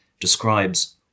describes